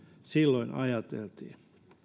silloin ajateltiin